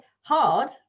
hard